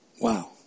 Wow